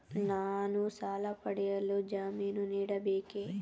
ನಾನು ಸಾಲ ಪಡೆಯಲು ಜಾಮೀನು ನೀಡಬೇಕೇ?